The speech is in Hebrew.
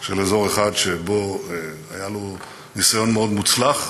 של אזור אחד שבו היה לו ניסיון מאוד מוצלח,